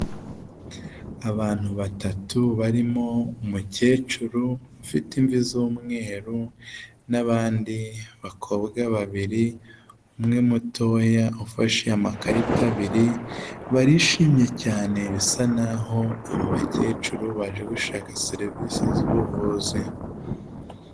Abantu batatu barimo umukecuru ufite imvi z'umweru n'abandi bakobwa babiri, umwe mutoya ufashe amakarita abiri. Barishimye cyane bisa naho aba bakecuru baje gushaka serivise z'ubuvuzi.